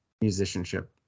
musicianship